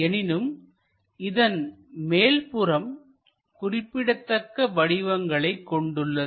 எனினும் இதன் மேற்புறம் குறிப்பிடத்தக்க வடிவங்களை கொண்டுள்ளது